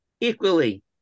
equally